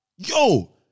Yo